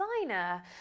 designer